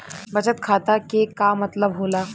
बचत खाता के का मतलब होला?